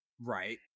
right